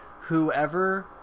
Whoever